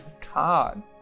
Todd